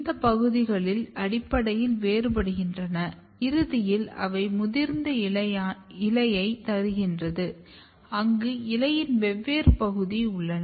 இந்த பகுதிகள் அடிப்படையில் வேறுபடுகின்றன இறுதியில் அவை முதிர்ந்த இலையை தருகின்றன அங்கு இலையின் வெவ்வேறு பகுதி உள்ளன